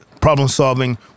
problem-solving